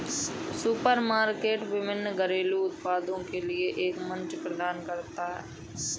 supermarket विभिन्न घरेलू उत्पादों के लिए एक मंच प्रदान करता है